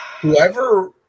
whoever